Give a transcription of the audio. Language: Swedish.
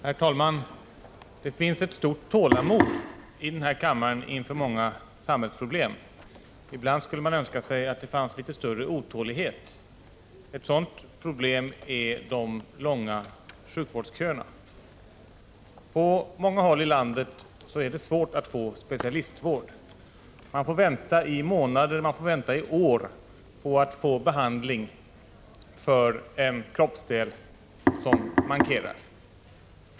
Herr talman! Det finns ett stort tålamod i den här kammaren inför många samhällsproblem. Ibland skulle man önska sig att det fanns litet större otålighet. Ett sådant problem är de långa sjukvårdsköerna. På många håll i landet är det svårt att få specialistvård. Man får vänta i månader, man får vänta i år på att få behandling för en kroppsdel som mankerar.